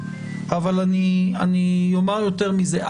אני אומר יותר מזה.